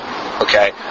Okay